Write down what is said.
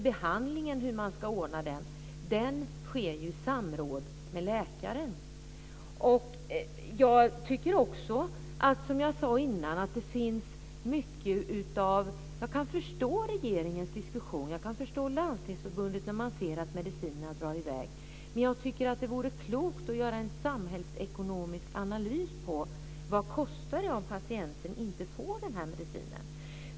Behandlingen sker ju i samråd med läkaren. Jag kan förstå regeringens diskussion. Jag kan förstå Landstingsförbundet, som ser att kostnaderna för medicinerna drar i väg. Men jag tycker att det vore klokt att göra en samhällsekonomisk analys av vad det kostar om patienten inte får denna medicin.